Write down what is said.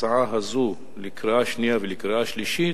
ההצעה הזו לקריאה שנייה ולקריאה שלישית,